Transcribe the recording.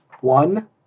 one